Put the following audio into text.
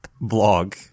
blog